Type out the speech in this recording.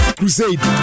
crusade